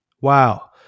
Wow